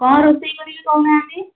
କ'ଣ ରୋଷେଇ କରିବି କହୁନାହାନ୍ତି